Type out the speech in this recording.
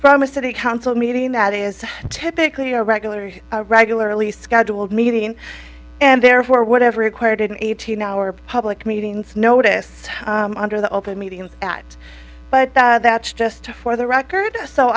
from a city council meeting that is typically a regular regularly scheduled meeting and therefore whatever acquired an eighteen hour public meetings notice under the open meeting at but that's just for the record so